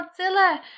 Godzilla